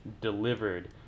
delivered